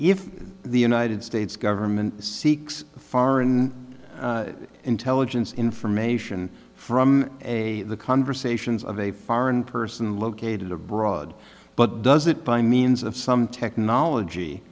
if the united states government seeks foreign intelligence information from a conversations of a foreign person located abroad but does it by means of some technology